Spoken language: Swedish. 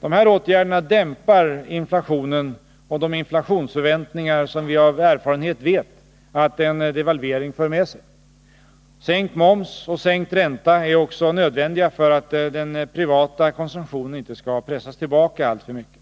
Dessa åtgärder dämpar inflationen och de inflationsförväntningar som vi av erfarenhet vet att en devalvering för med sig. Sänkt moms och sänkt ränta är också nödvändiga för att den privata konsumtionen inte skall pressas tillbaka alltför mycket.